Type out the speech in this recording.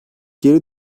geri